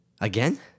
Again